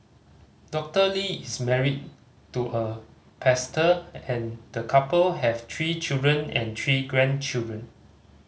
Doctor Lee is married to a pastor and the couple have three children and three grandchildren